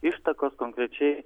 ištakos konkrečiai